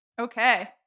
Okay